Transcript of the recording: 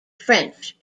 french